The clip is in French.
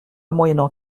moyennant